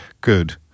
good